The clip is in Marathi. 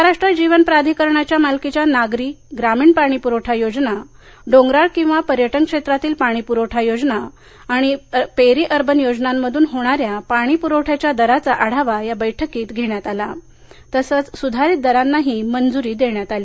महाराष्ट्र जीवन प्राधिकरणाच्या मालकीच्या नागरी ग्रामीण पाणीप्रवठा योजना डोंगराळ किंवा पर्यटन क्षेत्रातील पाणीपुरवठा योजना आणि पेरी अर्बन योजनांमधून होणाऱ्या पाणीपुरवठ्याच्या दराचा आढावा या बैठकीत घेण्यात आला तसेच सुधारित दरांना मंजुरी देण्यात आली